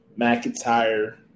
McIntyre